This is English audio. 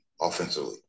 offensively